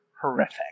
horrific